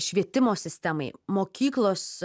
švietimo sistemai mokyklos